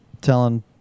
telling